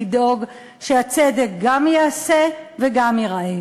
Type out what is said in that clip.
לדאוג שהצדק גם ייעשה וגם ייראה,